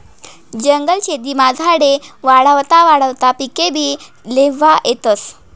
जंगल शेतीमा झाडे वाढावता वाढावता पिकेभी ल्हेता येतस